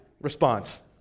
response